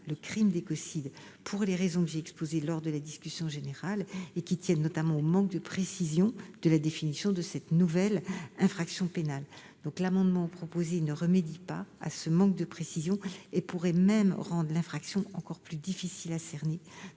le crime d'écocide pour les raisons que j'ai exposées lors de la discussion générale, qui tiennent notamment au manque de précision de sa définition. L'amendement proposé ne remédie pas à ce manque de précision et pourrait même rendre l'infraction encore plus difficile à cerner.